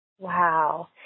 Wow